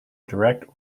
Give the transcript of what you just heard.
direct